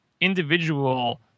individual